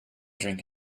drink